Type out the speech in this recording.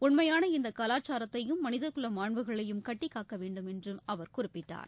உண்மையான இந்த கவாச்சாரத்தையும் மனித குல மாண்புகளையும் கட்டிக்காக்க வேண்டும் என்றும் அவர் குறிப்பிட்டார்